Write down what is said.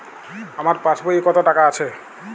আমার পাসবই এ কত টাকা আছে?